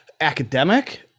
academic